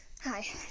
hi